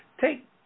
take